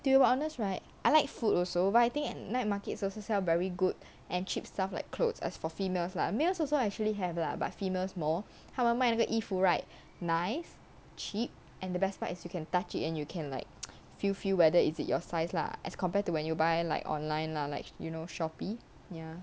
to be honest right I like food also but I think night markets also sell very good and cheap stuff like clothes as for females lah males also actually have lah but females more 他们卖那个衣服 right nice cheap and the best part is you can touch it and you can like feel feel whether is it your size lah as compared to when you buy like online lah like you know shopee ya